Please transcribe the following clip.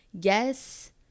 Yes